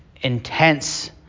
intense